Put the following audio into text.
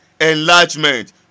enlargement